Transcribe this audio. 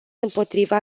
împotriva